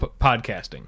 podcasting